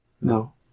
No